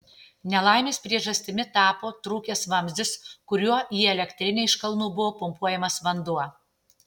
nelaimės priežastimi tapo trūkęs vamzdis kuriuo į elektrinę iš kalnų buvo pumpuojamas vanduo